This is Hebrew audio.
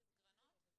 אני